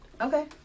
Okay